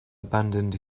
abandoned